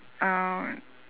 uh